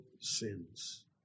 sins